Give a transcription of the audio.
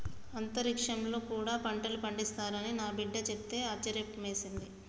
అంతరిక్షంలో కూడా పంటలు పండిస్తారు అని నా బిడ్డ చెప్తే ఆశ్యర్యమేసింది